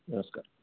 नमस्कारः